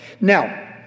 Now